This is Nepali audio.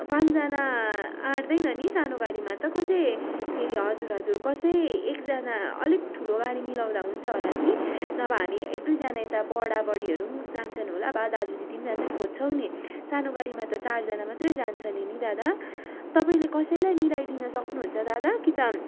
पाँचजना आँट्दैन नि सानो गाडीमा त कसै फेरि हजुर हजुर कसै एकजना अलिक ठुलो गाडी मिलाउँदा हुन्छ होला नि नभए हामी एक दुईजना यताबाट बडीहरू पनि जान्छन् होला बा दाजु दिदी जान्छन् खोज्छौँ नि सानो गाडीमा त चारजना मात्र जान्छ नि दादा तपाईँले कसैलाई मिलाइदिनु सक्नुहुन्छ दादा कि त